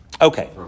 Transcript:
Okay